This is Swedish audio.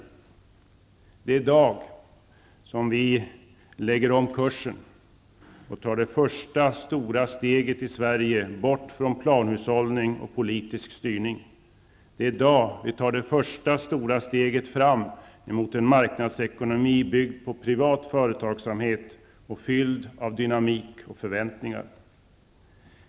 Det är i dag som vi lägger om kursen och tar det första stora steget bort från planhushållning och politisk styrning. Det är i dag vi tar det första stora steget fram mot en marknadsekonomi, byggd på privat företagsamhet och fylld av dynamik och förväntningar.